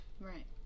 Right